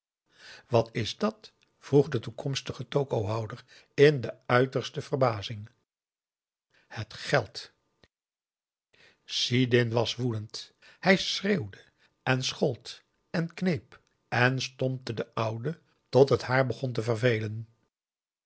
wat is dat vroeg de toekomstige tokohouder in de uiterste verbazing het geld sidin was woedend hij schreeuwde en schold en kneep en stompte de oude tot het haar begon te vervelen